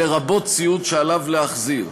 לרבות ציוד שעליו להחזיר.